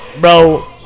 bro